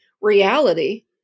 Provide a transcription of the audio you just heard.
reality